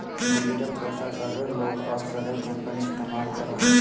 digital पैसा सभे लोग और सभे कंपनी इस्तमाल करो हइ